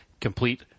Complete